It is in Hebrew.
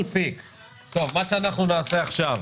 מה שאנחנו נעשה עכשיו,